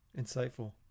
Insightful